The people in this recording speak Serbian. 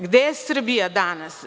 Gde je Srbija danas?